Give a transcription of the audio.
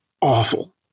awful